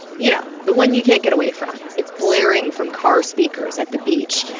you know the one you can't get away from. it's blaring from car speakers at the beach,